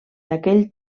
d’aquell